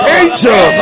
angel